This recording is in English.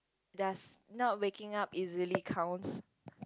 does not waking up easily counts